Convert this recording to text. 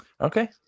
Okay